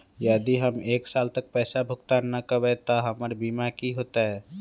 यदि हम एक साल तक पैसा भुगतान न कवै त हमर बीमा के की होतै?